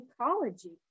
ecology